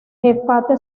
getafe